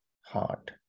heart